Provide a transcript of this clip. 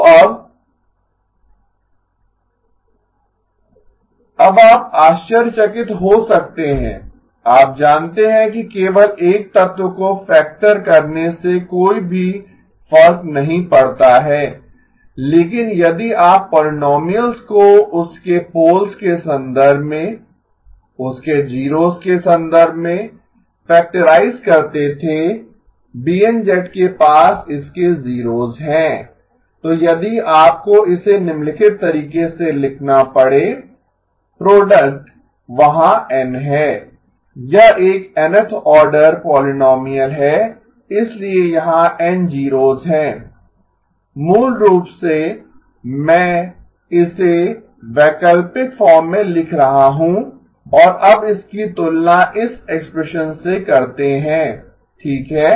तो अब अब आप आश्चर्यचकित हो सकते हैं आप जानते हैं कि केवल एक तत्व को फैक्टर करने से कोई भी फर्क नहीं पड़ता है लेकिन यदि आप पोलीनोमीअल्स को उसके पोल्स के संदर्भ में उसके जीरोस के संदर्भ में फैक्टराइज करते थे BN के पास इसके जीरोस हैं तो यदि आपको इसे निम्नलिखित तरीके से लिखना पड़े प्रोडक्ट वहाँ N है यह एक Nth आर्डर पोलीनोमीअल है इसलिए यहाँ N जीरोस हैं मूल रूप से मैं इसे वैकल्पिक फॉर्म में लिख रहा हूं और अब इसकी तुलना इस एक्सप्रेशन से करतें हैं ठीक है